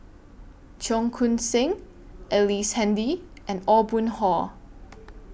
Cheong Koon Seng Ellice Handy and Aw Boon Haw